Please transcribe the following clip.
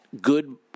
good